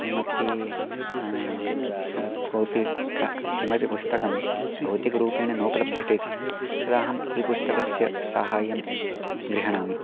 किमपि कोऽपि किं किमपि पुस्तकं भौतिकरूपेण नोपलभ्यते चेत् तदाहम् ई पुस्तकस्य सहायं गृह्णामि